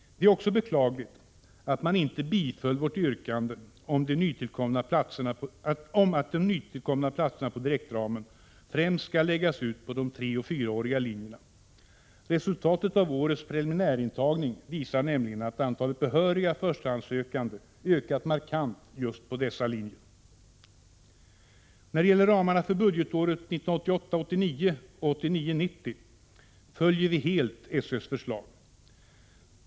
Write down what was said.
Det är också beklagligt att de inte biföll vårt yrkande om att de nytillkomna platserna inom direktramen främst skall läggas ut på de treoch fyraåriga linjerna. Resultatet av årets preliminärintagning visar nämligen att antalet behöriga förstahandssökande har ökat markant just på dessa linjer. När det gäller ramarna för budgetåren 1988 90 följer vi helt SÖ:s förslag.